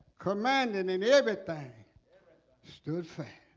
commanding and everything stood fan